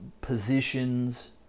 positions